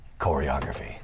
choreography